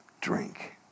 drink